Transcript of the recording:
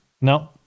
No